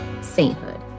sainthood